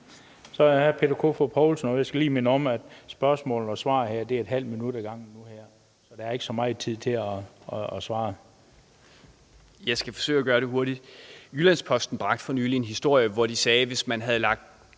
Jeg skal forsøge at gøre det hurtigt. Jyllands-Posten bragte for nylig en historie, hvor de sagde, at hvis man havde lagt